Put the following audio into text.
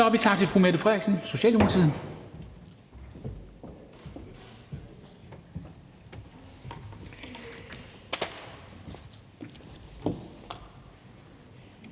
bemærkning er til fru Mette Frederiksen, Socialdemokratiet.